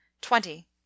twenty